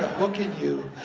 hook in you.